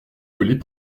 collées